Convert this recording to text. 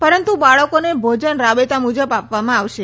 પરંતુ બાળકોને ભોજન રાબેતા મુજબ આપવામાં આવશે